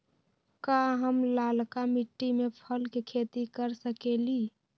का हम लालका मिट्टी में फल के खेती कर सकेली?